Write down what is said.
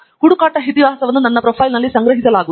ಹುಡುಕಾಟ ಇತಿಹಾಸವನ್ನು ನನ್ನ ಪ್ರೊಫೈಲ್ನಲ್ಲಿ ಸಂಗ್ರಹಿಸಲಾಗುವುದು